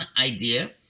idea